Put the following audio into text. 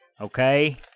Okay